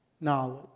Knowledge